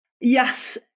Yes